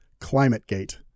ClimateGate